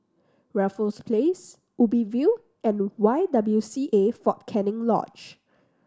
Raffles Place Ubi View and Y W C A Fort Canning Lodge